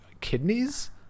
kidneys